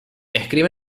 escribe